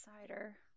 cider